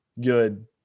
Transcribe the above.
good